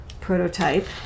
prototype